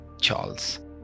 Charles